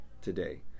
today